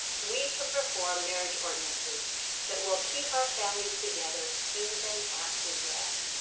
we can perform marriage ordinances that will keep our families together even after death.